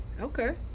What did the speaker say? Okay